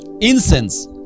incense